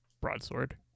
broadsword